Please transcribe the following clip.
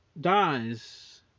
dies